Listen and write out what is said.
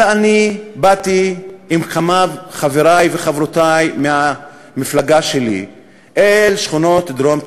אלא אני באתי עם כמה חברי וחברותי מהמפלגה שלי אל שכונות דרום תל-אביב,